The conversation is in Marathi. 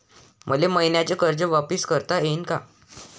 मले मईन्याचं कर्ज वापिस करता येईन का?